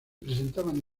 presentaban